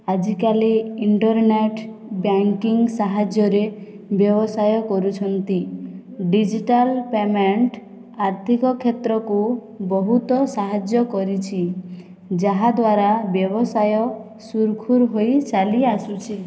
ଆଜିକାଲି internet banking ସାହାଯ୍ୟରେ ବ୍ୟବସାୟ କରୁଛନ୍ତି ଡିଜିଟାଲ ପେମେଣ୍ଟ ଆର୍ଥିକ କ୍ଷେତ୍ରକୁ ବହୁତ ସାହାଯ୍ୟ କରିଛି ଯାହାଦ୍ୱାରା ବ୍ୟବସାୟ ସୁରୁଖୁରୁ ହୋଇ ଚାଲିଆସୁଛି